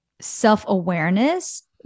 self-awareness